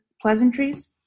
pleasantries